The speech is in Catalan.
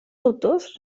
autors